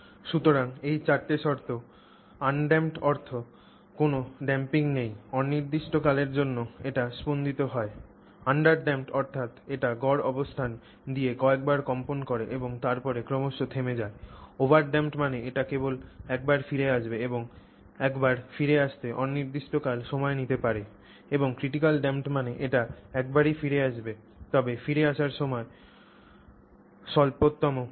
সুতরাং এই চারটি শর্ত আনড্যাম্পড অর্থ কোনও ড্যাম্পিং নেই অনির্দিষ্টকালের জন্য এটি স্পন্দিত হয় আন্ডারড্যাম্পড অর্থ্যাৎ এটি গড় অবস্থান দিয়ে কয়েকবার কম্পন করে এবং তারপরে ক্রমশ থেমে যায় ওভারড্যাম্পড মানে এটি কেবল একবার ফিরে আসবে এবং একবার ফিরে আসতে অনির্দিষ্টকাল সময় নিতে পারে এবং ক্রিটিকালি ড্যাম্পড মানে এটি একবারই ফিরে আসবে তবে ফিরে আসার সময় স্বল্পতম হবে